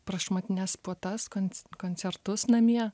prašmatnias puotas kons koncertus namie